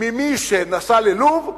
ממי שנסע ללוב,